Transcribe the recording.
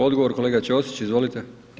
Odgovor kolega Ćosić, izvolite.